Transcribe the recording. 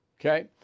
okay